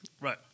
right